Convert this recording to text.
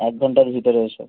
এক ঘন্টার ভিতরে এসো